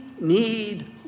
need